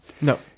No